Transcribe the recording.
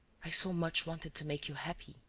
i so much wanted to make you happy!